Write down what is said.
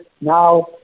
now